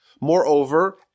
Moreover